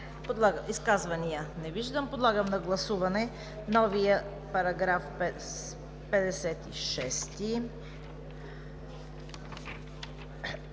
Изказвания? Не виждам. Подлагам на гласуване новия § 56;